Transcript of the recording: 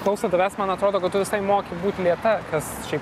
klausant tavęs man atrodo kad tu visai moki būt lėta kas šiaip